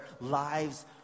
lives